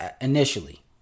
initially